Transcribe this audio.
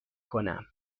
کنم